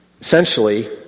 essentially